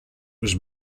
was